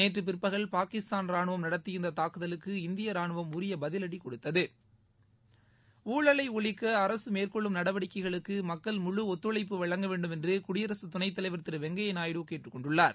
நேற்று பிற்பகல் பாகிஸ்தான் ரானுவம் நடத்திய இந்த தாக்குதலுக்கு இந்திய ரானுவம் உரிய பதிவடி கொடுத்தது ஊழலை ஒழிக்க அரசு மேற்கொள்ளும் நடவடிக்கைகளுக்கு மக்கள் முழு ஒத்துழைப்பு வழங்கவேண்டும் என்று குடியரசுத் துணைத்தலைவர் திரு வெங்கையா நாயுடு கேட்டுக்கொண்டுள்ளார்